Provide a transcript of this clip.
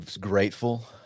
grateful